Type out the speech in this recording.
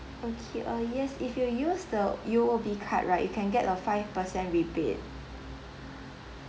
okay uh yes if you use the U_O_B card right you can get a five percent rebate